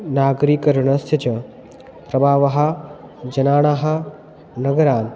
नागरीककरणस्य च प्रभावः जनान् नगराणि